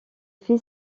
fait